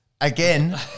again